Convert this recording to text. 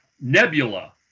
Nebula